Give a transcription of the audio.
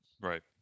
right